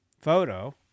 photo